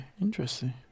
Interesting